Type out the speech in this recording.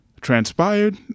transpired